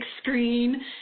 screen